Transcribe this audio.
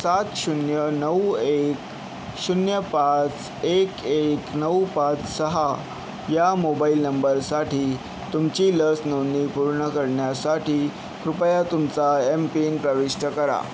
सात शून्य नऊ एक शून्य पाच एक एक नऊ पाच सहा ह्या मोबाईल नंबरसाठी तुमची लस नोंदणी पूर्ण करण्यासाठी कृपया तुमचा एम पीन प्रवीष्ट करा